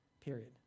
period